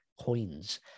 coins